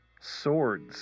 Swords